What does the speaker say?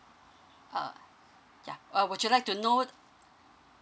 oh yeah uh would you like to know